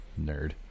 nerd